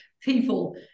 people